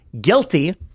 guilty